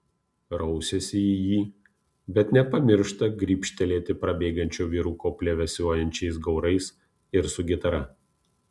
rausiasi į jį bet nepamiršta gribštelėti prabėgančio vyruko plevėsuojančiais gaurais ir su gitara